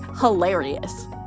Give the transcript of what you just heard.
hilarious